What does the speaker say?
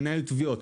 מנהל תביעות,